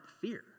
fear